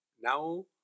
now